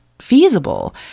feasible